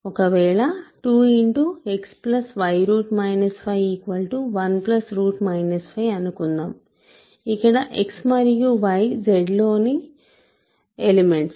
ఒకవేళ 2xy 51 5అనుకుందాము ఇక్కడ x మరియు y Z లో ని ఎలిమెంట్స్